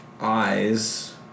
eyes